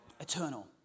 Eternal